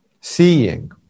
seeing